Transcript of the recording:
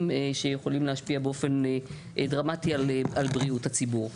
שיכולים להשפיע באופן דרמטי על בריאות הציבור.